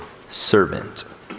servant